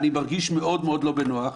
אני מרגיש מאוד לא נוח.